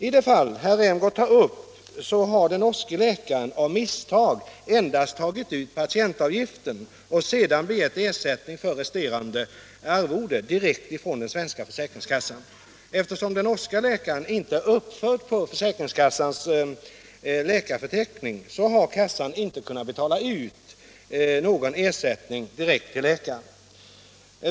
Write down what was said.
I det fall som herr Rämgård tar upp har den norske läkaren av misstag endast tagit ut patientavgiften och sedan begärt ersättning för resterande arvoden direkt från den svenska försäkringskassan. Eftersom den norske läkaren inte är uppförd på försäkringskassans läkarförteckning har kassan inte kunnat betala någon ersättning direkt till läkaren.